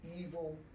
evil